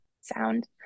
sound